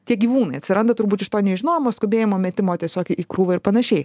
tie gyvūnai atsiranda turbūt iš to nežinojimo skubėjimo metimo tiesiog į krūvą ir panašiai